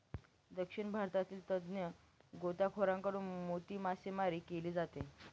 दक्षिण भारतातील तज्ञ गोताखोरांकडून मोती मासेमारी केली जाते